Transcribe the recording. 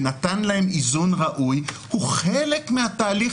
ונתן להם איזון ראוי הוא חלק מהתהליך